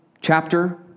chapter